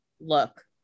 look